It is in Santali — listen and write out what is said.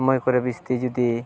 ᱥᱚᱢᱚᱭ ᱠᱚᱨᱮ ᱵᱤᱥᱛᱤ ᱡᱩᱫᱤ